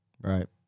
Right